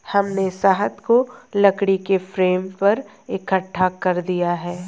हमने शहद को लकड़ी के फ्रेम पर इकट्ठा कर दिया है